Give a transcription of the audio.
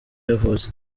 yavutse